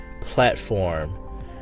platform